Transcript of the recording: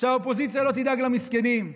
שהאופוזיציה לא תדאג למסכנים.